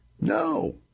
No